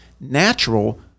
natural